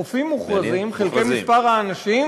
חופים מוכרזים חלקי מספר האנשים,